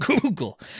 Google